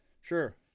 sure